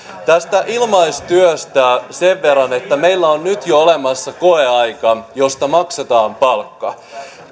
tästä ilmaistyöstä sen verran että meillä on jo nyt olemassa koeaika josta maksetaan palkka